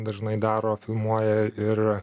dažnai daro filmuoja ir